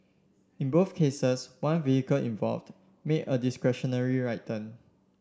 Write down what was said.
in both cases one vehicle involved made a discretionary right turn